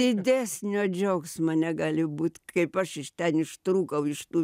didesnio džiaugsmo negali būt kaip aš iš ten ištrūkau iš tų